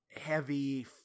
heavy